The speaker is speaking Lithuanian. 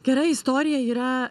gera istorija yra